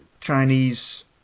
Chinese